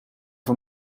van